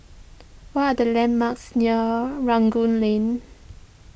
what are the landmarks near Rangoon Lane